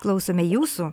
klausome jūsų